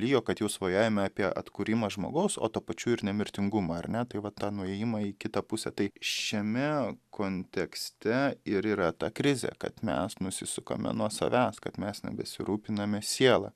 lygio kad jau svajojame apie atkūrimą žmogaus o tuo pačiu ir nemirtingumą ar ne tai vat tą nuėjimą į kitą pusę tai šiame kontekste ir yra ta krizė kad mes nusisukame nuo savęs kad mes nebesirūpiname siela